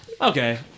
Okay